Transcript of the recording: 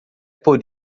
por